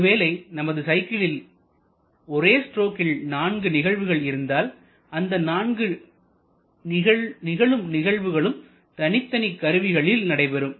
ஒருவேளை நமது சைக்கிளில் ஒரு ஸ்ட்ரோக்கில் நான்கு நிகழ்வுகள் இருந்தால் அந்த நான்கு நிகழும் நிகழ்வுகளும் தனித்தனி கருவிகளில் நடைபெறும்